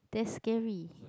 that's scary